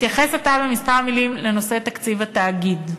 אתייחס עתה בכמה מילים לנושא תקציב התאגיד.